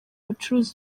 bacuruza